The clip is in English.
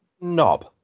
knob